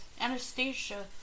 Anastasia